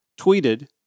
tweeted